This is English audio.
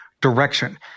direction